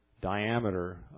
diameter